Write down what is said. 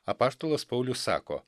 apaštalas paulius sako